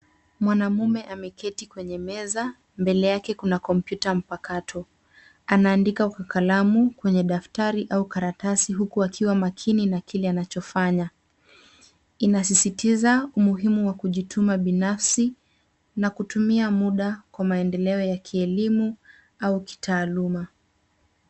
Mwanaume ameketi kwenye meza mbele yake kuna kompyuta mpakato. Anaandika kwa kalamu kwenye daftari au karatasi huku akiwa makini na kile anachofanya. Inasisitiza umuhimu wa kujituma binafsi na kutumia muda kwa maendeleo wa kielimu au kitaaluma.